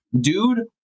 Dude